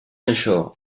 això